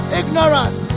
ignorance